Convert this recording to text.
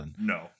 No